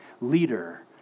leader